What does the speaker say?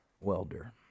welder